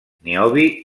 niobi